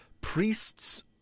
priests